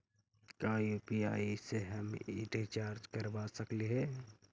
का यु.पी.आई से हम रिचार्ज करवा सकली हे?